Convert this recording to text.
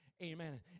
Amen